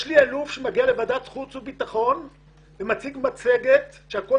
יש אלוף שמגיע לוועדת חוץ וביטחון ומציג מצגת לפיה הכול